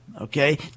Okay